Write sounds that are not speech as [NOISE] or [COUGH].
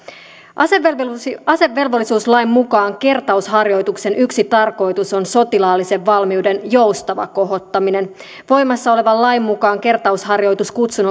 asevelvollisuuslain asevelvollisuuslain mukaan kertausharjoituksen yksi tarkoitus on sotilaallisen valmiuden joustava kohottaminen voimassa olevan lain mukaan kertausharjoituskutsun [UNINTELLIGIBLE]